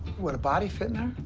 would a body fit in there?